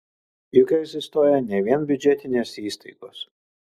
juk egzistuoja ne vien biudžetinės įstaigos